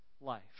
life